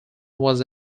was